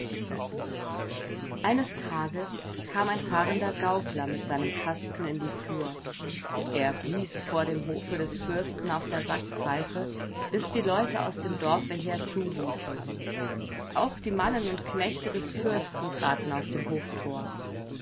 eines tages kam ein fahrender gaukler mit seinem kasten in die flur er blies vor dem hofe des fürsten auf der sackpfeife bis die leute aus dem dorfe herzuliefen auch die mannen und knechte des fürsten traten aus dem hoftor